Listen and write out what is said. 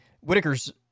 Whitaker's